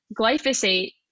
Glyphosate